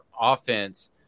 offense